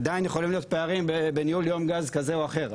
עדיין יכולים להיות פערים בניהול יום גז כזה או אחר,